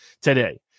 today